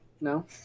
No